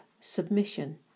submission